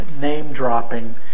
name-dropping